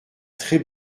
très